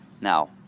Now